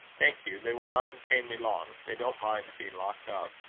thank you they will not detain me long. they don't mind being locked up.